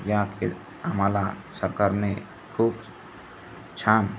या के आम्हाला सरकारने खूप छान